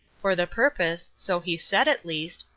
for the purpose, so he said at least,